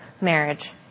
marriage